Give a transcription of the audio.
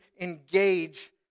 engage